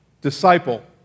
disciple